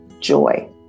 joy